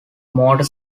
motor